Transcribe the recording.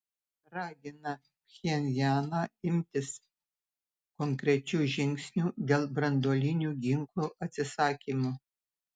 ragina pchenjaną imtis konkrečių žingsnių dėl branduolinių ginklų atsisakymo